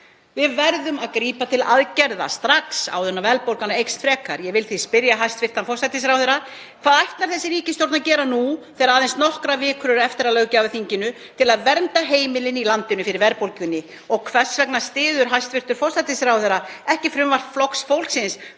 Við verðum að grípa til aðgerða strax áður en verðbólgan eykst frekar. Ég vil því spyrja hæstv. forsætisráðherra: Hvað ætlar þessi ríkisstjórn að gera nú þegar aðeins nokkrar vikur eru eftir af löggjafarþinginu til að vernda heimilin í landinu fyrir verðbólgunni? Og hvers vegna styður hæstv. forsætisráðherra ekki frumvarp Flokks fólksins